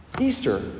Easter